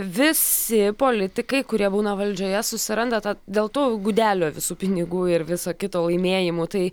visi politikai kurie būna valdžioje susiranda tą dėl tų gudelio visų pinigų ir viso kito laimėjimų tai